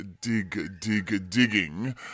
dig-dig-digging